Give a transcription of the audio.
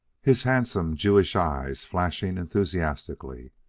his handsome jewish eyes flashing enthusiastically.